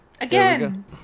again